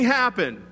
happen